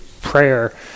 prayer